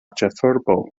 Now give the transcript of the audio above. ĉefurbo